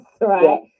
right